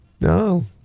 No